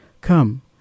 come